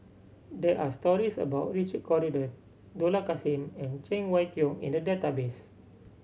there are stories about Richard Corridon Dollah Kassim and Cheng Wai Keung in the database